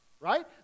right